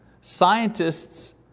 Scientists